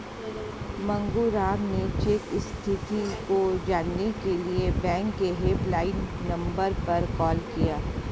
मांगेराम ने चेक स्थिति को जानने के लिए बैंक के हेल्पलाइन नंबर पर कॉल किया